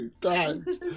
times